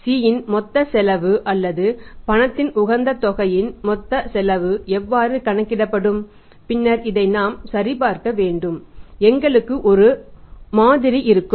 C இன் மொத்த செலவு அல்லது பணத்தின் உகந்த தொகையின் மொத்த செலவு எவ்வாறு கணக்கிடப்படும் பின்னர் இதை நாம் சரிபார்க்க வேண்டும் எங்களுக்கு ஒரு மாதிரி இருக்கும்